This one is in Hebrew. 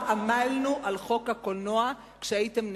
עמלנו על חוק הקולנוע כשהייתם נגד.